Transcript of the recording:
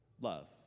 love